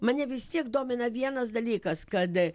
mane vis tiek domina vienas dalykas kad